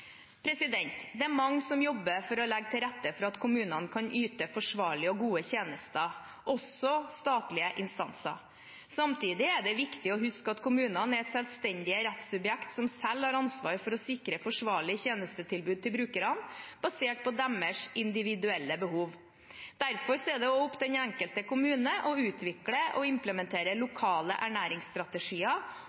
Det er mange som jobber for å legge til rette for at kommunene kan yte forsvarlige og gode tjenester, også statlige instanser. Samtidig er det viktig å huske at kommunene er selvstendige rettssubjekter som selv har ansvar for å sikre forsvarlige tjenestetilbud til brukerne basert på deres individuelle behov. Derfor er det også opp til den enkelte kommune å utvikle og implementere lokale ernæringsstrategier